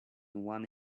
one